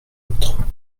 l’autre